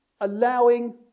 allowing